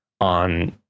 on